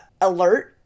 Alert